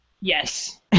Yes